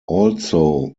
also